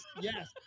Yes